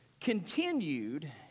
continued